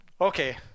okay